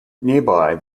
nearby